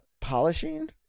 polishing